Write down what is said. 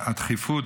הדחיפות,